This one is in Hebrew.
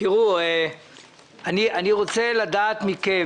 אני רוצה לדעת מכם